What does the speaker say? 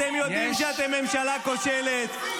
אתם ממשלה כושלת -- זה אנרכיסטים.